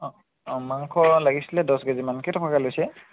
অ মাংস লাগিছিলে দহ কেজিমান কেইটকাকৈ লৈছে